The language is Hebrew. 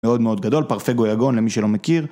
מאוד מאוד גדול, פרפגו יגון למי שלא מכיר.